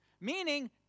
Meaning